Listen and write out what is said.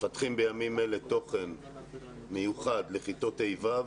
מפתחים בימים אלה וכן מיוחד לכיתות ה'-ו'